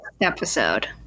episode